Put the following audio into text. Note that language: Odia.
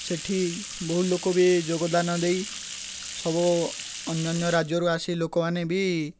ସେଠି ବହୁ ଲୋକ ବି ଯୋଗଦାନ ଦେଇ ସବୁ ଅନ୍ୟାନ୍ୟ ରାଜ୍ୟରୁ ଆସି ଲୋକମାନେ ବି